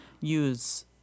use